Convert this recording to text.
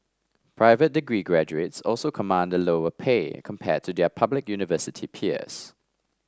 private degree graduates also command a lower pay compared to their public university peers